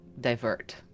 divert